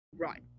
Right